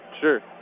sure